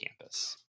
campus